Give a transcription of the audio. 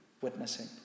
Witnessing